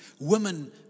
Women